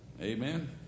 Amen